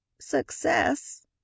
Success